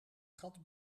gat